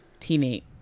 teammate